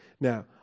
Now